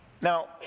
Now